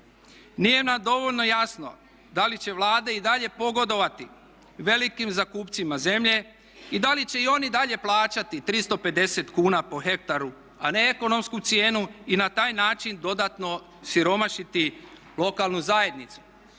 Nije nam dovoljno jasno da li će vlade i dalje pogodovati velikim zakupcima zemlje i da li će oni i dalje plaćati 350 kuna po hektaru, a ne ekonomsku cijenu i na taj način dodatno siromašiti lokalnu zajednicu.